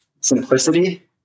simplicity